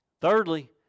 Thirdly